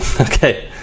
okay